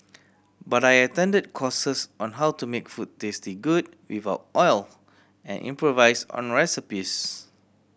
but I attended courses on how to make food taste good without oil and improvise on recipes